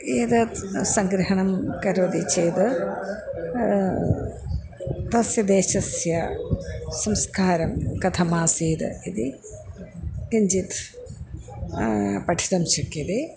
एतत् सङ्ग्रहणं करोति चेद् तस्य देशस्य संस्कारः कथम् आसीद् इति किञ्चित् पठितुं शक्यते